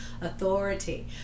authority